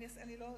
אני לא ארחיב.